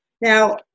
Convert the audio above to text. Now